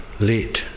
late